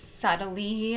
subtly